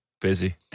Busy